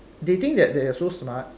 they think that they're so smart